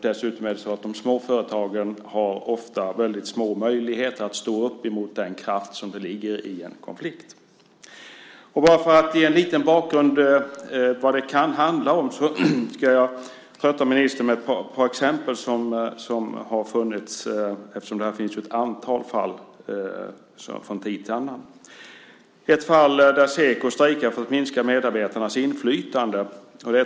Dessutom har de små företagen ofta väldigt små möjligheter att stå upp mot den kraft som ligger i en konflikt. Jag ska ge en liten bakgrund till vad det kan handla om. Jag ska trötta ministern med ett par exempel som har funnits, eftersom det finns ett antal fall från tid till annan. I ett fall strejkar Seko för att minska medarbetarnas inflytande.